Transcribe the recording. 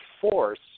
force